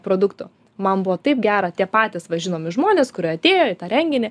produktų man buvo taip gera tie patys va žinomi žmonės kurie atėjo į tą renginį